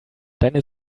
deine